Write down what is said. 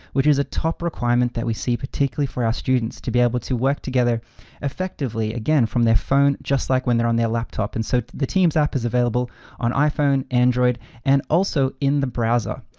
which is a top requirement that we see particularly for our students to be able to work together effectively again, from their phone, just like when they're on their laptop. and so the teams app is available on iphone, android, and also in the browser.